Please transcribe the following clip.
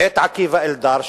מאת עקיבא אלדר,